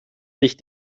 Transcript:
sich